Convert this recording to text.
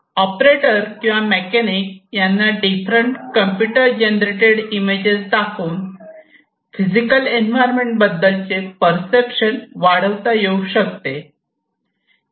operator किंवा mechanic यांना different computer generated images दाखवून फिजिकल एन्व्हायरमेंट बद्दलचे पर्सेप्शन वाढवता येऊ शकते